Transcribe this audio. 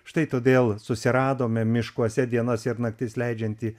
štai todėl susiradome miškuose dienas ir naktis leidžiantį